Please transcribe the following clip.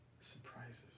surprises